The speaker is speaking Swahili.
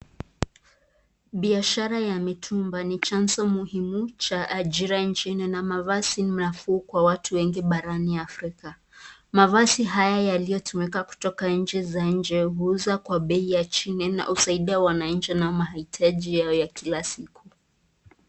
Biashara ya mitumba ni chanzo muhimu cha ajira na mavazi nafuu kwa watu wengi barani afrika. Mavazi haya yaliyotumika kutoka nchi za nje huuza kwa bei ya chini na husaidia wananchi wanao mahitaji yao ya kila siku.